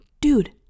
dude